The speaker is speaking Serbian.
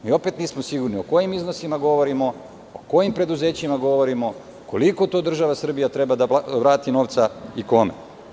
Mi opet nismo sigurni o kojim iznosima govorimo, o kojim preduzećima govorimo, koliko to država Srbija treba da vrati novca i kome.